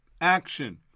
Action